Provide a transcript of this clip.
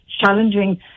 challenging